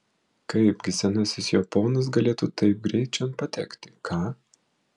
kaipgi senasis jo ponas galėtų taip greit čion patekti ką